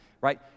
right